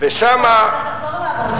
אתה תחזור לעמוד שם.